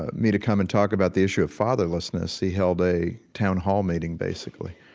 ah me to come and talk about the issue of fatherlessness. he held a town hall meeting basically.